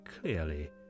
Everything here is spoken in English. clearly